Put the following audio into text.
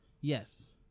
Yes